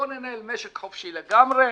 בואו ננהל משק חופשי לגמרי,